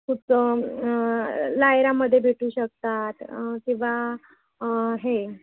कुठचं लायरामध्ये भेटू शकतात किंवा हे